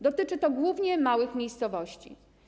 Dotyczy to głównie małych miejscowości.